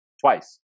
twice